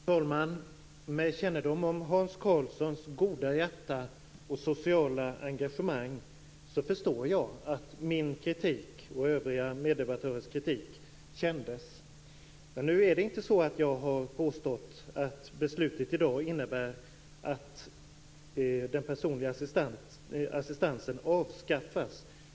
Fru talman! Med kännedom om Hans Karlssons goda hjärta och sociala engagemang förstår jag att min och mina meddebattörers kritik kändes. Jag har dock inte påstått att beslutet i dag innebär att den personliga assistansen avskaffas.